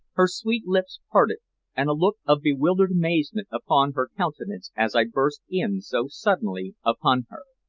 her sweet lips parted and a look of bewildered amazement upon her countenance as i burst in so suddenly upon her.